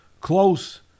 close